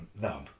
No